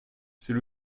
c’est